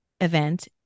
event